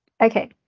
Okay